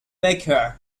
baker